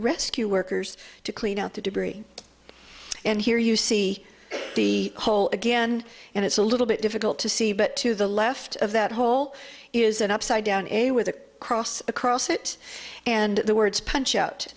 rescue workers to clean out the debris and here you see the hole again and it's a little bit difficult to see but to the left of that hole is an upside down a with a cross across it and the words punch